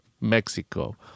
Mexico